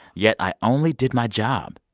yet i only did my job.